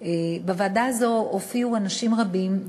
בוועדה הזאת הופיעו אנשים רבים,